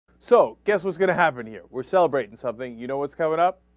so guess what's gonna happen you we're celebrating something you know what's coming up